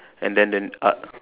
and then then uh